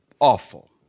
awful